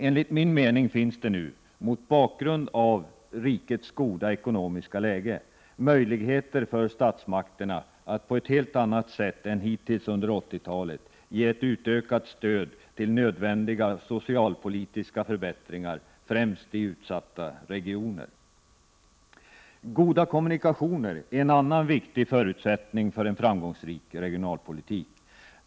Enligt min mening finns det nu — mot bakgrund av rikets goda ekonomiska läge — möjligheter för statsmakterna att på ett helt annat sätt än hittills under 1980-talet ge ett utökat stöd till nödvändiga socialpolitiska förbättringar, främst i utsatta regioner. Goda kommunikationer är en annan viktig förutsättning för en framgångsrik regionalpolitik.